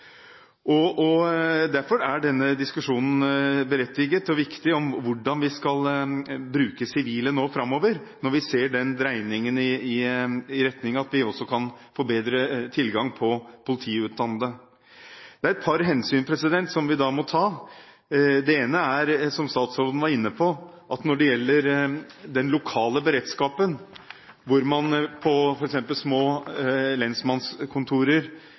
Derfor er denne diskusjonen om hvordan vi skal bruke sivile framover, berettiget og riktig, når vi ser den dreiningen i retning av at vi også kan få bedre tilgang til politiutdannede. Det er et par hensyn som vi da må ta. Det ene gjelder, som statsråden var inne på, den lokale beredskapen. På f.eks. små lensmannskontorer, innenfor små driftsenheter i politiet, ønsker man